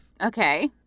Okay